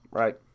right